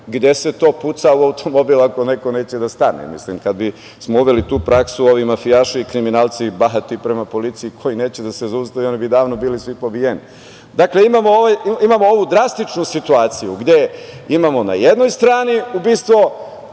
gde se to pucalo u automobil ako neko neće da stane? Mislim kada bismo uveli tu prasku ovi mafijaši i kriminalci bahati prema policiji koji neće da se zaustave bi davno bili svi pobijeni. Dakle, imamo ovu drastičnu situaciju gde imamo na jednoj strani ubistvo